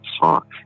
talk